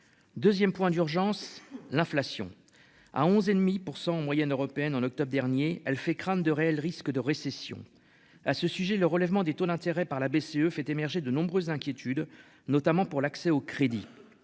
2ème point d'urgence l'inflation à 11 et demi pour 100 en moyenne européenne, en octobre dernier elle fait crainte de réels risques de récession. À ce sujet le relèvement des taux d'intérêt par la BCE fait émerger de nombreuses inquiétudes notamment pour l'accès au crédit.